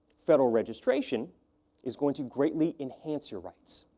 federal registration is going to greatly enhance your rights.